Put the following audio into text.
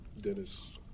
Dennis